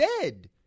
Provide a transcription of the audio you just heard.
dead